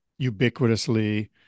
ubiquitously